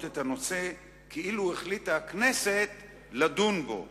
את הנושא כאילו החליטה הכנסת לדון בו